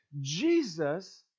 Jesus